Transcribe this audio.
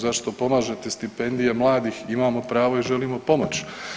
Zašto pomažete stipendije mladih, imamo pravo i želimo pomoći.